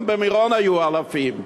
גם במירון היו אלפים.